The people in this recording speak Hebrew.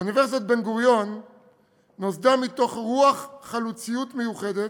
אוניברסיטת בן-גוריון נוסדה מתוך רוח חלוציות מיוחדת,